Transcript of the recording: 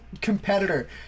competitor